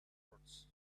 boards